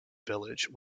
village